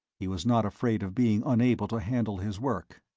he was not afraid of being unable to handle his work.